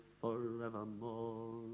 forevermore